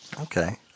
Okay